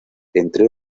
entre